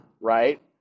right